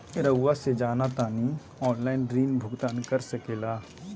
रहुआ से जाना तानी ऑनलाइन ऋण भुगतान कर सके ला?